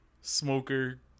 smoker